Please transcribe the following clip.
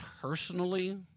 personally